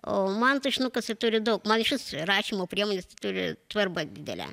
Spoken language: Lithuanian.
o man tušinukas turi daug man išvis rašymo priemonės turi svarbą didelę